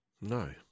No